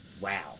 wow